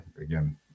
Again